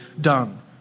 done